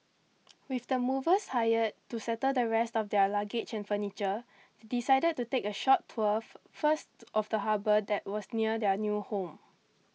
with the movers hired to settle the rest of their luggage and furniture they decided to take a short tour first of the harbour that was near their new home